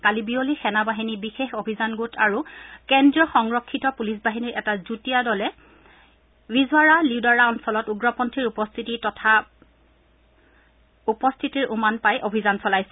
কালি বিয়লি সেনা বাহিনী বিশেষ অভিযান গোট আৰু কেন্দ্ৰীয় সংৰক্ষিত পুলিচ বাহিনীৰ এটা যুটীয়া দলে ৱিজহাৰা লিউদাৰা অঞ্চলত উগ্ৰপন্থীৰ উপস্থিতিৰ তথা পাই অভিযান চলাইছিল